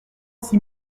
six